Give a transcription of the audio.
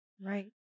Right